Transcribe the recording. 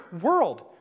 world